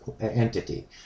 entity